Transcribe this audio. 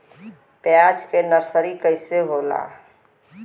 प्याज के नर्सरी कइसे होला?